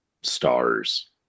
stars